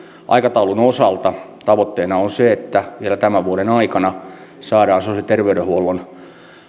aikataulun osalta tavoitteena on se että vielä tämän vuoden aikana saadaan sosiaali ja terveydenhuollon